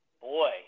boy